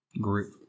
group